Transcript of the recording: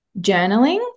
journaling